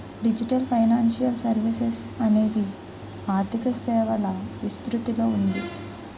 digital financial services అనేది ఆర్థిక సేవల విస్తృతిలో ఉంది